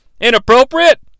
Inappropriate